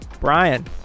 Brian